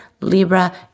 Libra